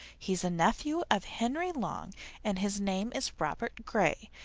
he's a nephew of henry lang and his name is robert gray.